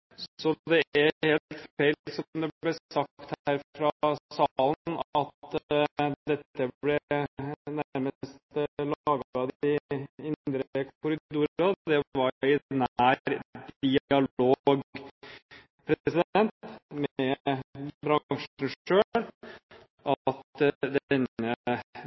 Så det er helt feil som det ble sagt her fra salen, at dette ble nærmest laget i de indre korridorer. Det var i nær dialog med bransjen selv at denne